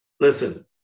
Listen